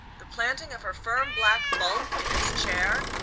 the planting of her firm black bulk in its chair,